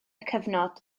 cyfnod